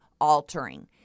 altering